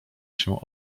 się